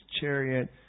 chariot